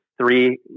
three